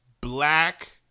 Black